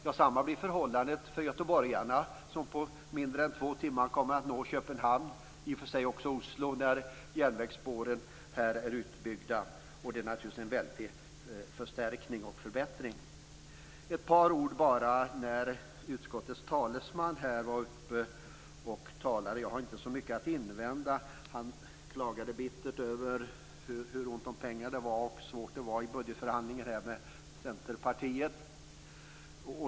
Detsamma blir förhållandet för göteborgarna som på mindre än två timmar kommer att nå Köpenhamn och i och för sig också Oslo när järnvägsspåren är utbyggda. Det är naturligtvis en väldig förstärkning och förbättring. Ett par ord om det som utskottets talesman sade. Jag har inte så mycket att invända. Han klagade bittert över hur ont om pengar det var och hur svårt det var i budgetförhandlingen med Centerpartiet.